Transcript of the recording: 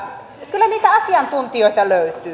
kyllä niitä asiantuntijoita